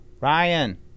Ryan